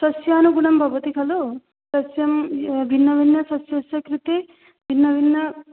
सस्यानुगुणं भवति खलु सस्यं भिन्नभिन्नसस्यस्य कृते भिन्नभिन्नं